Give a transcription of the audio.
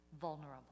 vulnerable